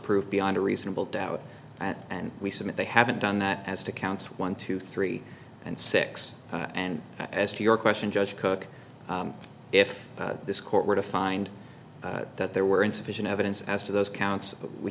prove beyond a reasonable doubt and we submit they haven't done that as to counts one two three and six and as to your question judge cooke if this court were to find that there were insufficient evidence as to those counts we